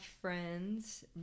friends